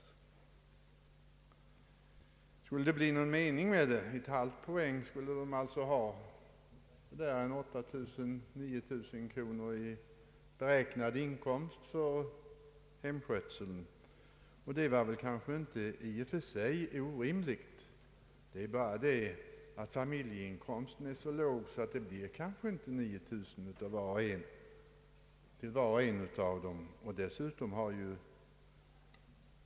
Det vore kanske inte i och för sig orimligt, om de föräldrar som vårdar sina barn får som det sägs åtminstone en halv pensionspoäng per inkomstlöst år, vilket innebär en beräknad inkomst för skötseln av barn i hemmet på omkring 8000 å 9000 kronor. Det är bara på det sättet att familjeinkomsten är så låg att det kanske inte blir 9.000 kronor för var och en av föräldrarna.